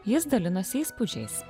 jis dalinosi įspūdžiais